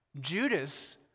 Judas